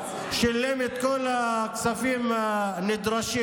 הוא שילם את כל הכספים הנדרשים,